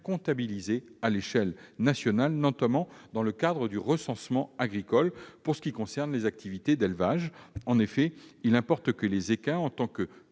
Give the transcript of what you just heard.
à l'échelle nationale, notamment dans le cadre du recensement agricole, pour ce qui concerne les activités d'élevage. En effet, il importe que les équins, en tant que